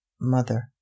mother